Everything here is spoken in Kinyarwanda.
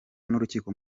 n’urukiko